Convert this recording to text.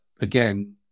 again